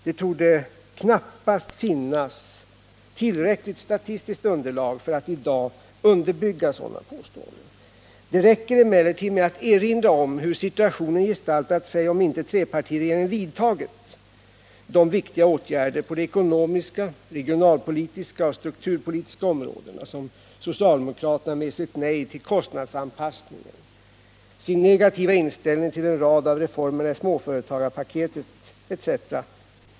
Det torde knappast finnas ett tillräckligt statistiskt underlag för att i dag underbygga sådana påståenden. Det räcker emellertid med att erinra om hur situationen kunde ha gestaltat sig. Om inte trepartiregeringen hade vidtagit viktiga åtgärder på de ekonomiska, regionalpolitiska och strukturpolitiska områdena, om socialdemokraterna med sitt nej till kostnadsanpassningen, sin negativa inställning till en rad av reformerna i småföretagspaketet etc.